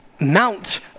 Mount